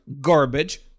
garbage